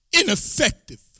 ineffective